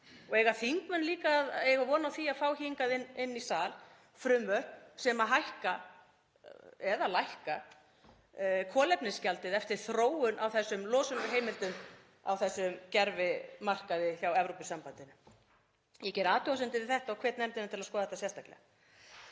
Eiga þingmenn líka að eiga von á því að fá hingað inn í sal frumvörp sem hækka eða lækka kolefnisgjaldið eftir þróun á losunarheimildum á þessum gervimarkaði hjá Evrópusambandinu? Ég geri athugasemdir við þetta og hvet nefndina til að skoða þetta sérstaklega.